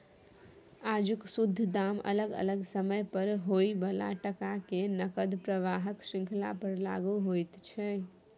आजुक शुद्ध दाम अलग अलग समय पर होइ बला टका के नकद प्रवाहक श्रृंखला पर लागु होइत छै